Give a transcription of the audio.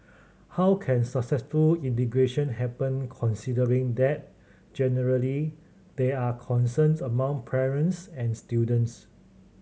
how can successful integration happen considering that generally there are concerns among parents and students